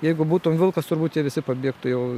jeigu būtum vilkas turbūt jie visi pabėgtų jau